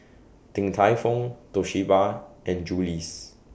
Din Tai Fung Toshiba and Julie's